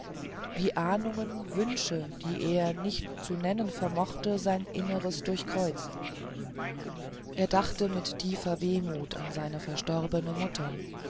wie ahnungen wünsche die er nicht zu nennen vermochte sein inneres durchkreuzten er dachte mit tiefer wehmut an seine verstorbene mutter